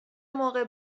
موقع